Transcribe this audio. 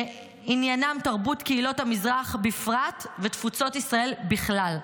שעניינם תרבות קהילות המזרח בפרט ותפוצות ישראל בכלל.